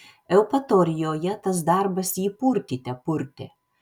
eupatorijoje tas darbas jį purtyte purtė